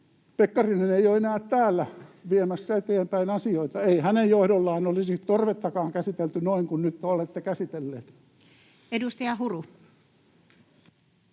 Pekkarinen ei ole enää täällä viemässä eteenpäin asioita. Ei hänen johdollaan olisi turvettakaan käsitelty noin kuin nyt olette käsitelleet. [Speech 198]